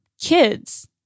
kids